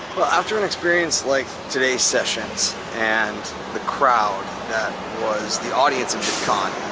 after an experience like today's sessions and the crowd that was the audience of vidcon,